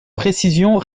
précision